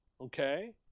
Okay